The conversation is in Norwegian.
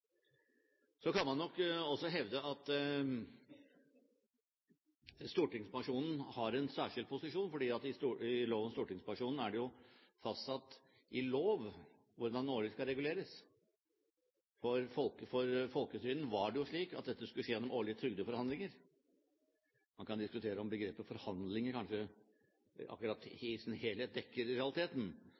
Så kan man nok også hevde at stortingspensjonen har en særskilt posisjon, fordi det er fastsatt ved lov hvordan pensjonsordningen for stortingsrepresentanter skal reguleres. For folketrygden var det jo slik at dette skulle skje gjennom årlige trygdeforhandlinger. Man kan diskutere om begrepet «forhandlinger» i realiteten dekker,